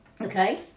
Okay